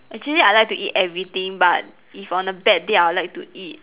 actually I like to eat everything but if on a bad day I'll like to eat